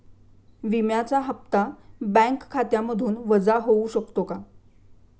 विम्याचा हप्ता बँक खात्यामधून वजा होऊ शकतो का?